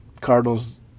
Cardinals